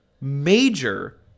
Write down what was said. major